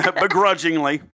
begrudgingly